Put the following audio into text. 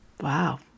Wow